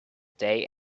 day